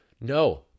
no